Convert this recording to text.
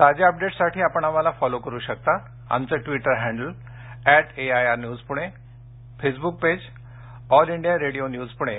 ताज्या अपडेटससाठी आपण आम्हाला फॉलो करू शकता आमचं Twitter handle at AIR news Pune Facebook page All India Radio news पणे